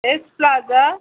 S plaza